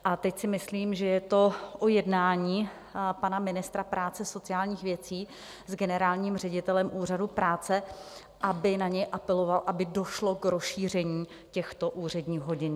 A teď si myslím, že je to o jednání pana ministra práce a sociálních věcí s generálním ředitelem Úřadu práce, aby na něj apeloval, aby došlo k rozšíření těchto úředních hodin.